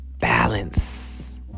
Balance